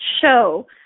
show